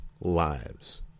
lives